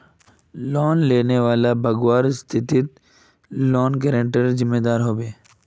loan लेने वालाक भगवार स्थितित लोन गारंटरेर जिम्मेदार ह बे